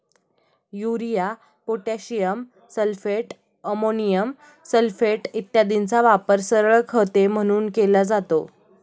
urea, potassium sulphate, ammonium sulphate इत्यादींचा वापर सरळ खते म्हणून केला जातो